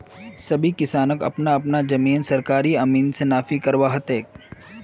सभी किसानक अपना अपना जमीन सरकारी अमीन स नापी करवा ह तेक